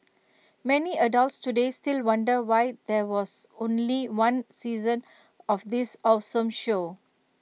many adults today still wonder why there was only one season of this awesome show